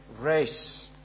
race